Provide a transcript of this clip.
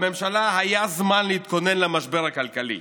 לממשלה היה זמן להתכונן למשבר הכלכלי,